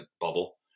bubble